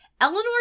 Eleanor